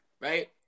right